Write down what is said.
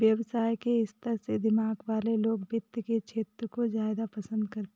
व्यवसाय के स्तर के दिमाग वाले लोग वित्त के क्षेत्र को ज्यादा पसन्द करते हैं